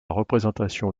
représentation